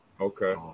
Okay